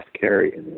carry